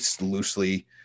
loosely